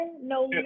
No